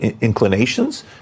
inclinations